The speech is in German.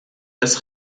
des